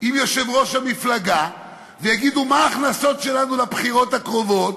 עם יושב-ראש המפלגה ויגידו: מה ההכנסות שלנו לבחירות הקרובות,